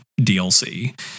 DLC